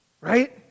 Right